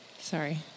Sorry